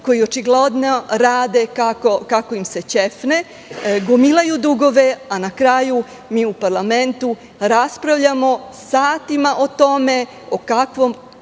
koja očigledno rade kako im se ćefne, gomilaju dugove, a na kraju mi u parlamentu raspravljamo satima o tome o kakvom